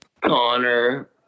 Connor